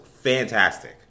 fantastic